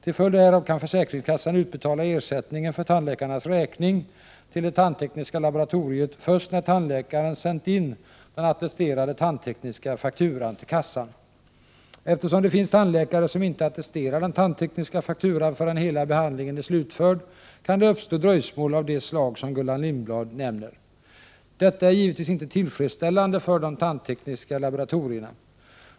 Till följd härav kan försäkringskassan utbetala ersättningen för tandläkarnas räkning till det tandtekniska laboratoriet först när tandläkaren sänt in den attesterade tandtekniska fakturan till kassan. Eftersom det finns tandläkare som inte attesterar den tandtekniska fakturan förrän hela behandlingen är slutförd, kan det uppstå dröjsmål av det slag som Gullan Lindblad nämner. Detta är givetvis inte tillfredsställande för de tandtekniska laboratorierna.